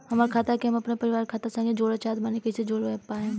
हमार खाता के हम अपना परिवार के खाता संगे जोड़े चाहत बानी त कईसे जोड़ पाएम?